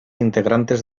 integrantes